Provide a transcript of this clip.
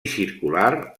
circular